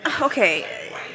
okay